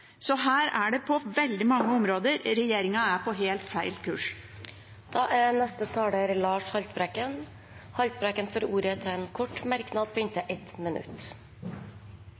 Så her er regjeringen på helt feil kurs på veldig mange områder. Representanten Lars Haltbrekken har hatt ordet to ganger tidligere og får ordet til en kort merknad, begrenset til 1 minutt.